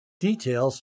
Details